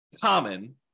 common